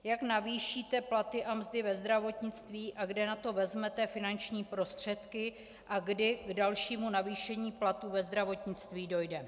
Jak navýšíte platy a mzdy ve zdravotnictví a kde na to vezmete finanční prostředky a kdy k dalšímu navýšení platů ve zdravotnictví dojde?